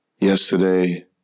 yesterday